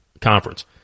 conference